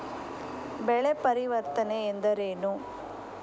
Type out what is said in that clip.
ಬೆಳೆ ಪರಿವರ್ತನೆ ಎಂದರೇನು?